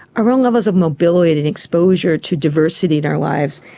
our own levels of mobility and exposure to diversity in our lives.